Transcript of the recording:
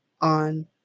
on